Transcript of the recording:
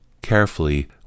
carefully